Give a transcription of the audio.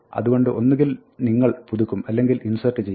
അതുകൊണ്ട് ഒന്നുകിൽ നിങ്ങൾ പുതുക്കും അല്ലെങ്കിൽ ഇൻസേർട്ട് ചെയ്യും